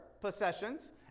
possessions